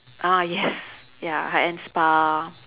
ah yes ya high end spa